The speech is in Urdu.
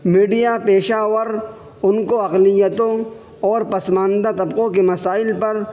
میڈیا پیشہ ور ان کو اقلیتوں اور پسماندہ طبقوں کے مسائل پر